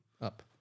up